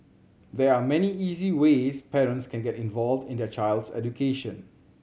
there are many easy ways parents can get involved in their child's education